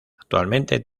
actualmente